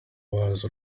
bazi